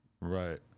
Right